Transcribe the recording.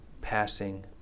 passing